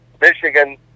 Michigan